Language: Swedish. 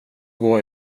går